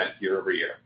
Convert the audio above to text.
year-over-year